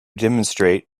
demonstrate